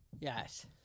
Yes